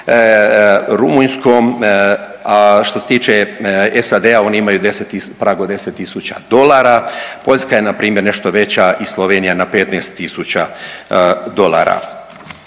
Rumunjskom, a što se tiče SAD-a oni imaju prag od 10 000 dolara. Poljska je na primjer nešto veća i Slovenija na 15000 dolara,